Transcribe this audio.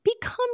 become